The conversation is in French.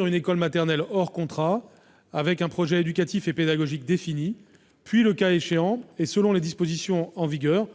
en école maternelle hors contrat avec un projet éducatif et pédagogique défini, puis, le cas échéant, et selon les dispositions en vigueur,